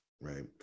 right